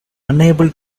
unable